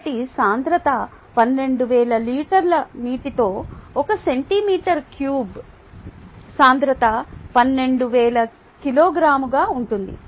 కాబట్టి సాంద్రత 12000 లీటర్ల నీటితో ఒక సెంటీమీటర్ క్యూబ్డ్ సాంద్రత 12000 కిలోగ్రాముగా ఉంటుంది